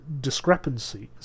discrepancies